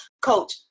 Coach